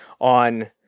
on